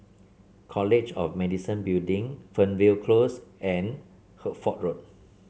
College of Medicine Building Fernvale Close and Hertford Road